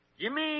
Jimmy